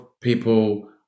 people